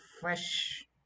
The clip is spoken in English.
fresh